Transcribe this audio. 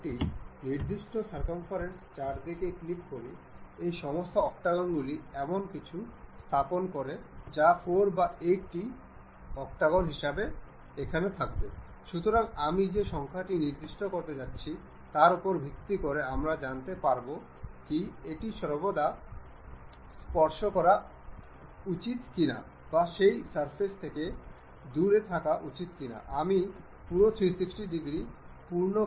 এর ধারাবাহিকতায় আমরা এই দুটি নাট এবং বোল্টগুলিকে এমন একটি সম্পর্কের মধ্যে অ্যাসেম্বলড করতে পারি যা এটি করা উচিত কারণ এটির থ্রেড গুলি একে অপরের উপর ঘূর্ণায়মান হওয়া উচিত এবং এই থ্রেডটি একে একে একে উন্মোচন করা উচিত